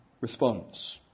response